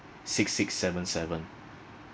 six six seven seven